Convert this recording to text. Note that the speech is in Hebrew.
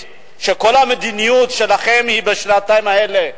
שכל המדיניות שלכם היא בשנתיים האלה,